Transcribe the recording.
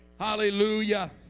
Hallelujah